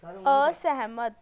ਅਸਹਿਮਤ